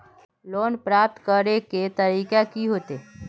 Loan प्राप्त करे के तरीका की होते?